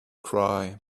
cry